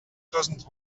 doesn’t